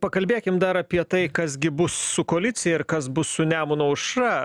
pakalbėkim dar apie tai kas gi bus su koalicija ir kas bus su nemuno aušra